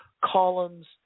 columns